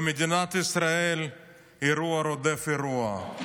במדינת ישראל אירוע רודף אירוע,